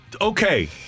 Okay